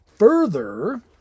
Further